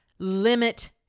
Limit